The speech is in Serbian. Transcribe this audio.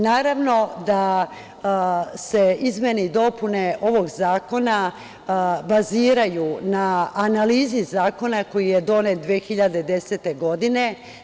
Naravno da se izmene i dopune ovog zakona baziraju na analizi zakona koji je donet 2010. godine.